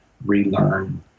relearn